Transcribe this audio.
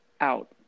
out